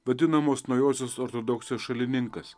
vadinamos naujosios ortodoksijos šalininkas